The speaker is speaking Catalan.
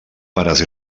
pares